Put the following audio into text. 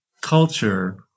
culture